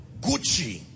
Gucci